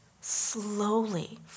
slowly